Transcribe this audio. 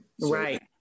Right